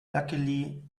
luckily